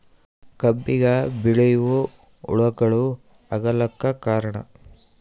ಕಬ್ಬಿಗ ಬಿಳಿವು ಹುಳಾಗಳು ಆಗಲಕ್ಕ ಕಾರಣ?